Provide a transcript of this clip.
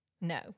No